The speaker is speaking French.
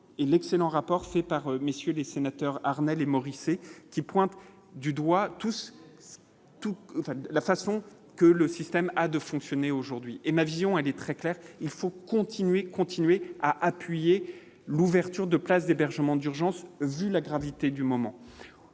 et l'excellent rapport fait par messieurs les sénateurs, Armelle et Morrissey qui pointe du doigt tous tous la façon que le système a de fonctionner aujourd'hui et ma vision elle est très claire, il faut continuer, continuer à appuyer l'ouverture de places d'hébergement d'urgence, vu la gravité du moment